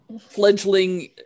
fledgling